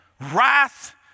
wrath